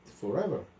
forever